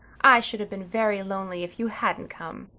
i should have been very lonely if you hadn't come.